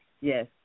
Yes